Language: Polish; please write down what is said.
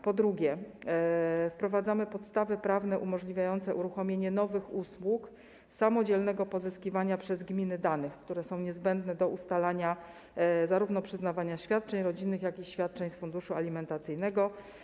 Po drugie, wprowadzamy podstawy prawne umożliwiające uruchomienie nowych usług samodzielnego pozyskiwania przez gminy danych, które są niezbędne do ustalania zarówno przyznawania świadczeń rodzinnych, jak i świadczeń z funduszu alimentacyjnego.